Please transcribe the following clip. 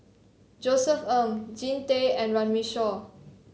Josef Ng Jean Tay and Runme Shaw